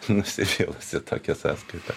nusišėlusi tokia sąskaita